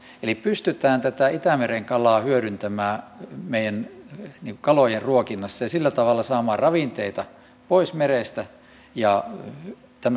eli pystytään tätä itämeren kalaa hyödyntämään meidän kalojen ruokinnassa ja sillä tavalla saamaan ravinteita pois merestä ja tämmöistä suljettua kiertoa